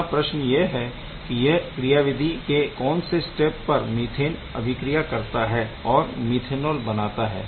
यहाँ प्रश्न यह है कि इस क्रियाविधि के कौन से स्टेप पर मीथेन अभिक्रिया करता है और मिथेनॉल बनाता है